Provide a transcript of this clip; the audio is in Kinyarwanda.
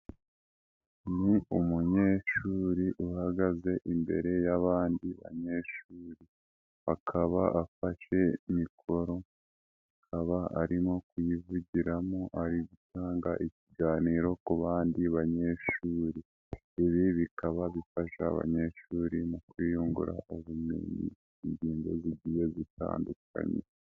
Ni umunyeshuri uhagaze imbere y'abandi banyeshuri, bakaba afashe mikoro akaba arimo kuyivugiramo, ari gutanga ikiganiro ku bandi banyeshuri. Ibi bikaba bifasha abanyeshuri mu kuyungura ubumenyi ku ngingo zigiye zitandukanye.